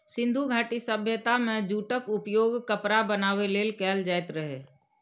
सिंधु घाटी सभ्यता मे जूटक उपयोग कपड़ा बनाबै लेल कैल जाइत रहै